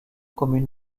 communes